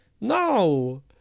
No